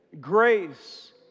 grace